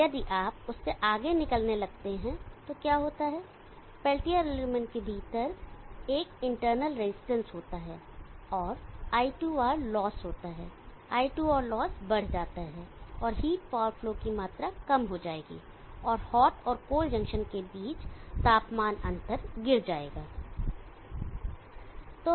यदि आप उससे आगे निकलने लगते हैं तो क्या होता है पेल्टियर एलिमेंट के भीतर एक इंटरनल रेजिस्टेंस होता है और I2R लॉस होता है I2R लॉस बढ़ जाता है और हीट पावर फ्लो की मात्रा कम हो जाएगी और हॉट और कोल्ड जंक्शन के बीच तापमान अंतर गिर जाएगा